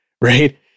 right